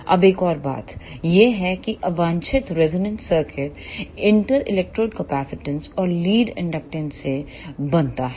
अब एक और बात यह है कि अवांछित resonant circuit inter electrode capacitance और लीड इंडक्टेंस से बनता है